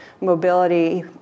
mobility